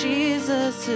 Jesus